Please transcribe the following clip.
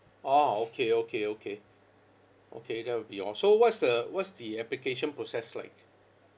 orh okay okay okay okay that will be all so what is the what's the application process like